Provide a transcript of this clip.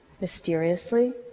Mysteriously